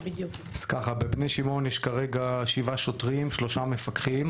בבני שמעון יש כרגע שבעה שוטרים, שלושה מפקחים.